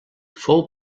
fou